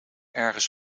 ergens